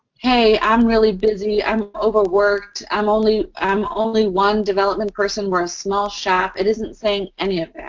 hey, i'm really busy. i'm overworked. i'm only i'm only one development person, we're a small shop it isn't saying any of that.